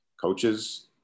coaches